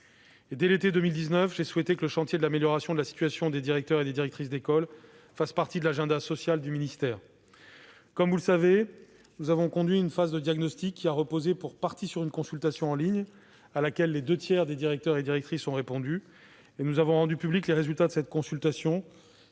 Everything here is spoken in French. Dès l'été 2019, j'ai souhaité que le chantier de l'amélioration de la situation des directrices et des directeurs d'école fasse partie de l'agenda social du ministère. Comme vous le savez, nous avons ainsi conduit une phase de diagnostic qui a reposé, pour partie, sur une consultation en ligne à laquelle les deux tiers des directeurs ont répondu. Nous avons rendu publics les résultats de cette consultation,